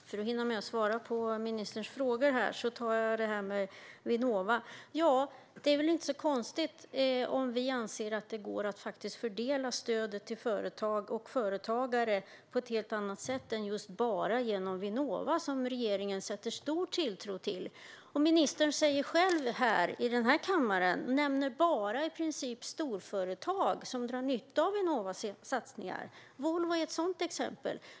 Herr talman! För att hinna med att svara på ministerns frågor börjar jag med detta med Vinnova. Det är väl inte så konstigt om vi anser att det går att fördela stödet till företag och företagare på ett helt annat sätt än bara genom Vinnova, som regeringen sätter stor tilltro till? Ministern nämner nästan bara storföretag som drar nytta av Vinnovas satsningar. Volvo är ett exempel.